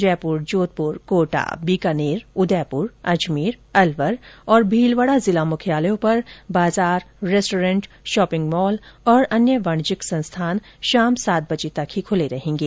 जयपूर जोधपूर कोटा बीकानेर उदयपूर अजमेर अलवर और भीलवाडा जिला मुख्यालयों पर बाजार रेस्टोरेंट शॉपिंग मॉल और अन्य वाणिज्यिक संस्थान शाम सात बजे तक ही खूले रहेंगे